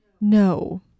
No